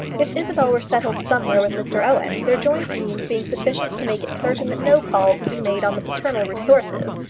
if isabel were settled somewhere with mr owen, their joint means being sufficient to make it certain that no calls would be made on the paternal resources,